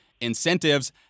incentives